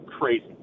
crazy